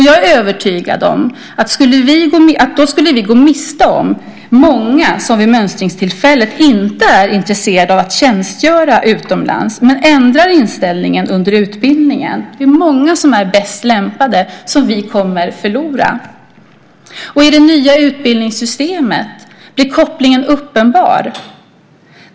Jag är övertygad om att vi skulle gå miste om många som vid mönstringstillfället inte är intresserade av att tjänstgöra utomlands men som ändrar inställning under utbildningen. Det är alltså många som är bäst lämpade som vi kommer att förlora. I det nya utbildningssystemet blir kopplingen uppenbar.